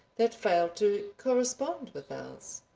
that failed to correspond with ours.